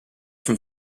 from